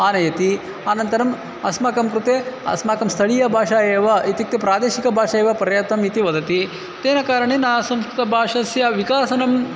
आनयति अनन्तरम् अस्माकं कृते अस्माकं स्थलीयभाषा एव इत्युक्ते प्रादेशिकभाषा एव प्रयत्नम् इति वदति तेन कारणेन संस्कृतभाषायाः विकासनं